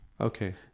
okay